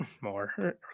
more